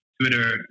Twitter